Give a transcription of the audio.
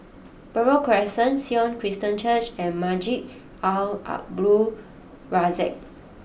Buroh Crescent Sion Christian Church and Masjid Al Abdul Razak